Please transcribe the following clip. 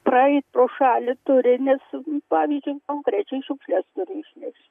praeit pro šalį turi nes pavyzdžiui konkrečiai šiukšles išmesti